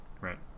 Right